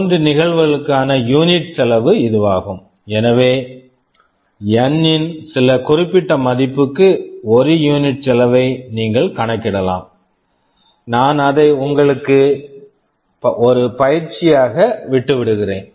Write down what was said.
மூன்று நிகழ்வுகளுக்கான யூனிட்unit செலவு இதுவாகும் எனவே என் N ன் சில குறிப்பிட்ட மதிப்புக்கு ஒரு யூனிட் unit செலவை நீங்கள் கணக்கிடலாம் நான் அதை உங்களுக்கு ஒரு பயிற்சியாக விட்டுவிடுகிறேன்